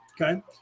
Okay